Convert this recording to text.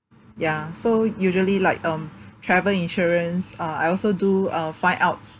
ya so usually like um travel insurance uh I also do uh find out